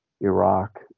Iraq